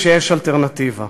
שייכנס לספר של ביבי?